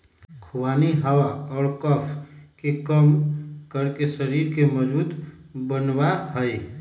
खुबानी हवा और कफ के कम करके शरीर के मजबूत बनवा हई